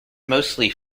mostly